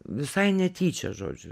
visai netyčia žodžiu